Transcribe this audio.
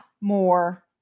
more